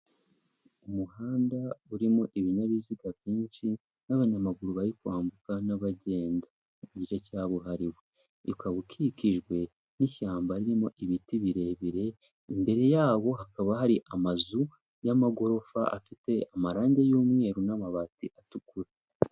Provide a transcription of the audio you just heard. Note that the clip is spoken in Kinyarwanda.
Umuhanda urimo ibinyabiziga byinshi n'abanyamaguru bari kwambuka n'abagenda, mu gice cyabuhariwe ukaba ukikijwe n'ishyamba ririmo ibiti birebire, imbere yaho hakaba hari amazu y'amagorofa afite amarangi y'umweru n'amabati atukura.